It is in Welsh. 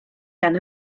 gan